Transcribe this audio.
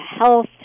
health